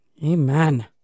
Amen